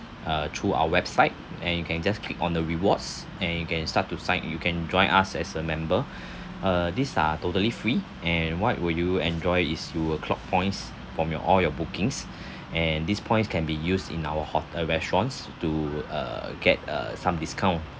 uh through our website and you can just click on the rewards and you can start to sign in you can join us as a member uh these are totally free and what will you enjoy is you will clock points from your all your bookings and these points can be used in our hot~ uh restaurants to uh get uh some discount